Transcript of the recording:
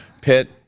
Pitt